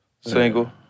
single